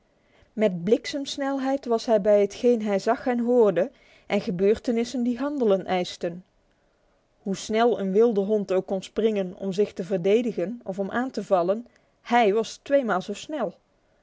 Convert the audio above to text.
met bliksemsnelheid was hij bij hetgeen hij zag en hoorde en bij gebeurtenissen die handelen eisten hoe snel een wilde hond ook kon springen om zich te verdedigen of om aan te vallen hij was tweemaal zo snel